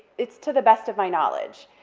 it's to the best of my knowledge,